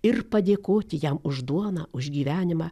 ir padėkoti jam už duoną už gyvenimą